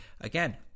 again